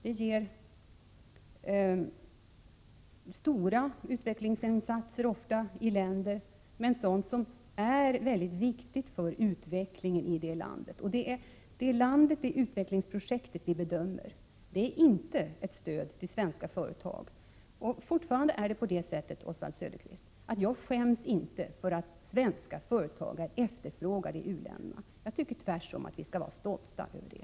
De möjliggör stora utvecklingsinsatser på områden som är viktiga för utvecklingen i just det land som får hjälp. Det är landet och utvecklingsprojektet vi bedömer. Detta är inte ett stöd till svenska företag. Jag skäms inte för att svenska företag är efterfrågade i u-länderna, Oswald Söderqvist. Jag tycker tvärtom att vi skall vara stolta över det.